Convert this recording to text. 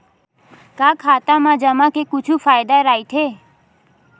का खाता मा जमा के कुछु फ़ायदा राइथे?